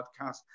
podcast